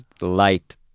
light